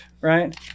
right